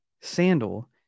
sandal